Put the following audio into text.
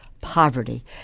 poverty